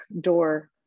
door